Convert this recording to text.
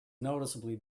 noticeably